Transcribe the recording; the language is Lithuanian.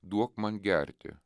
duok man gerti